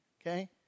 okay